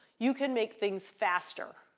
you can make things faster.